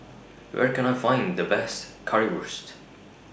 Where Can I Find The Best Currywurst